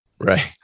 Right